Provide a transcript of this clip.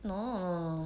no no no